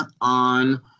on